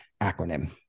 acronym